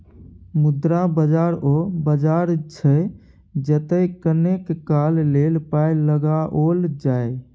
मुद्रा बाजार ओ बाजार छै जतय कनेक काल लेल पाय लगाओल जाय